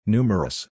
Numerous